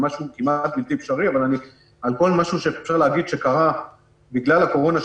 זה משהו כמעט בלתי אפשרי אבל על כל משהו שאפשר להגיד שקרה בגלל הקורונה,